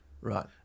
Right